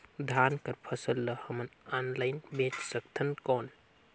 धान कर फसल ल हमन ऑनलाइन बेच सकथन कौन?